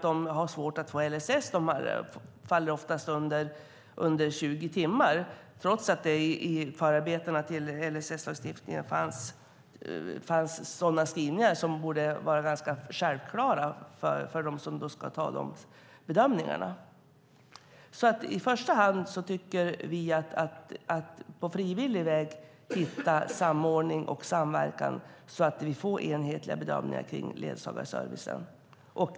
De har svårt att få LSS, för de faller oftast under 20 timmar, trots att det i förarbetena till LSS-lagstiftningen fanns sådana skrivningar som borde vara ganska självklara för dem som ska göra bedömningarna. I första hand tycker vi att man på frivillig väg ska hitta en samordning och samverkan så att det blir enhetliga bedömningar av ledsagarservicen.